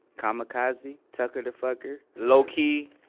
kamikaze, tucker the fucker, lowkey,